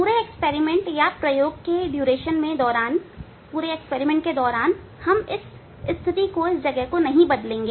पूरे प्रयोग के दौरान मैं दर्पण की स्थिति को नहीं बदलूंगा